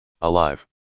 alive